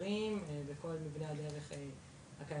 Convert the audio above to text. הגשרים וכל מבני הדרך הקיימים,